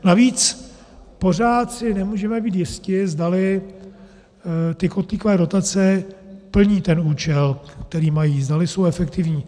Navíc pořád si nemůžeme být jisti, zdali ty kotlíkové dotace plní ten účel, který mají, zdali jsou efektivní.